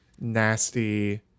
nasty